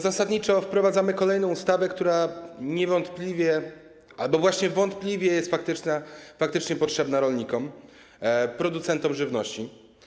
Zasadniczo wprowadzamy kolejną ustawę, która niewątpliwie albo właśnie wątpliwie jest faktycznie potrzebna rolnikom, producentom żywności.